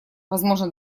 возможно